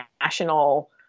national